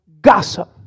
gossip